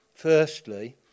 Firstly